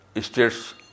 states